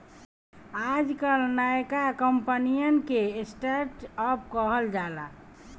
आजकल नयका कंपनिअन के स्टर्ट अप कहल जाला